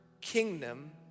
kingdom